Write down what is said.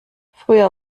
früher